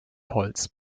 holz